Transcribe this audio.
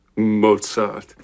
Mozart